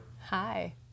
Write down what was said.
Hi